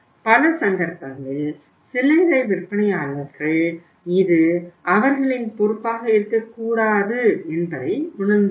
பல சந்தர்ப்பங்களில் சில்லறை விற்பனையாளர்கள் இது அவர்களின் பொறுப்பாக இருக்கக்கூடாது என்பதை உணர்ந்துள்ளனர்